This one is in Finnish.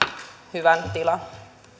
hyvän tilan